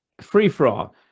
Free-for-all